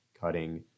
cutting